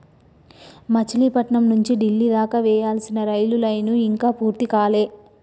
మచిలీపట్నం నుంచి డిల్లీ దాకా వేయాల్సిన రైలు లైను ఇంకా పూర్తి కాలే